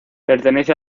pertenece